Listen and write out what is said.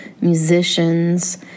musicians